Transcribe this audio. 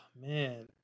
man